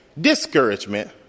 discouragement